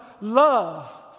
love